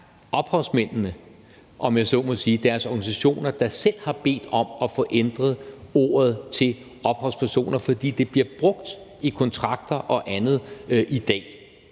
er ophavsmændenes organisationer, der selv har bedt om at få ændret ordet til ophavspersoner, fordi det bliver brugt i kontrakter og andet i dag.